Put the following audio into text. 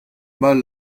mal